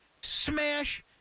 Smash